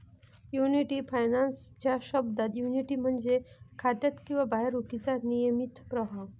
annuity finance च्या शब्दात, annuity म्हणजे खात्यात किंवा बाहेर रोखीचा नियमित प्रवाह